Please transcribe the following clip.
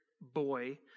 boy